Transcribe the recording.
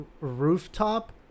rooftop